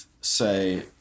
say